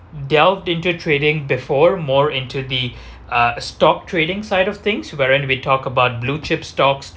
delved into trading before more into the uh stock trading side of things wherein we talk about blue chip stocks